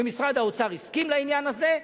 ומשרד האוצר הסכים לעניין הזה,